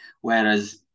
Whereas